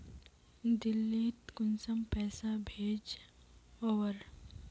दिल्ली त कुंसम पैसा भेज ओवर?